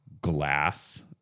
glass